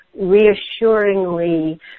reassuringly